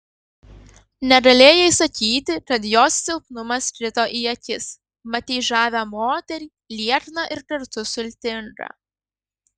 negalėjai sakyti kad jos silpnumas krito į akis matei žavią moterį liekną ir kartu sultingą